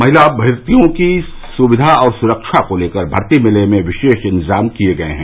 महिला अभ्यर्थियों की सुविधा और सुरक्षा को लेकर भर्ती मेले में विशेष इन्तजाम किये गये हैं